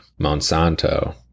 Monsanto